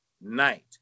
night